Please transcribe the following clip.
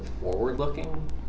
forward-looking